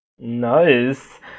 Nice